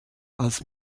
als